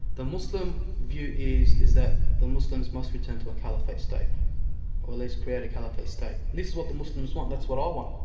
the muslim view is is that the muslims must return to a caliphate state or at least create a caliphate state. this is what the muslims want, that's what i want.